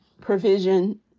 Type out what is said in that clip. provision